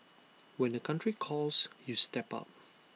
when the country calls you step up